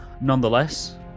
Nonetheless